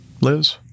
Liz